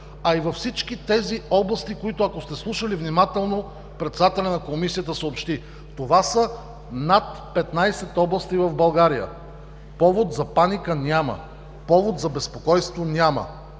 а и във всички тези области, които, ако сте слушали внимателно, председателят на Комисията съобщи –над 15 области в България. Повод за паника няма! Повод за безпокойство няма!